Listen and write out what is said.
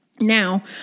Now